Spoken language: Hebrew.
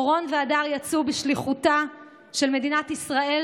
אורון והדר יצאו בשליחותה של מדינת ישראל